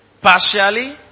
partially